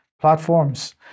platforms